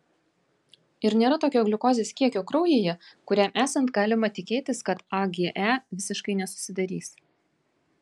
ir nėra tokio gliukozės kiekio kraujyje kuriam esant galima tikėtis kad age visiškai nesusidarys